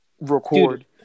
record